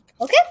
Okay